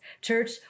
Church